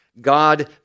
God